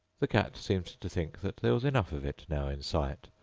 the cat seemed to think that there was enough of it now in sight,